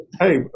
Hey